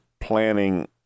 planning